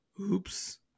oops